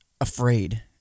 afraid